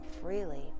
freely